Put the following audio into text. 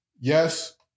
yes